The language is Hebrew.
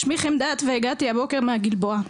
שמי חמדת והגעתי הבוקר מהגלבוע.